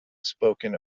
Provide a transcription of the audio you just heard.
spoken